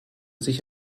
sich